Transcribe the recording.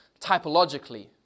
typologically